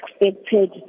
expected